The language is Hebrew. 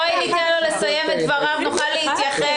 בואי ניתן לו לסיים את דבריו ונוכל להתייחס לגוף החוק.